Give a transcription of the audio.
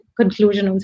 conclusion